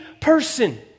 person